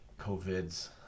COVIDs